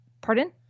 pardon